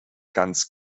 ganz